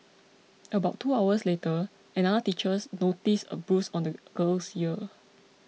about two hours later another teacher noticed a bruise on the girl's ear